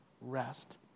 rest